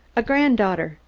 a granddaughter,